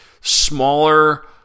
smaller